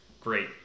great